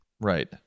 Right